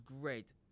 great